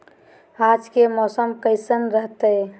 आज के मौसम कैसन रहताई?